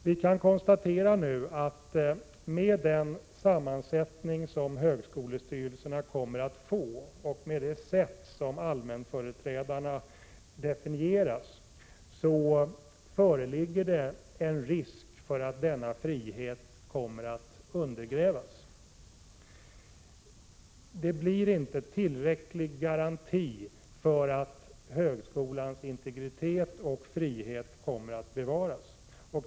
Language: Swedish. Vi kan nu konstatera att med den sammansättning som högskolestyrelserna kommer att få och med det sätt som allmänföreträdarna kommer att definieras på, föreligger det en risk för att denna frihet kommer att undergrävas. Det blir inte tillräckliga garantier för att högskolans integritet och frihet bevaras.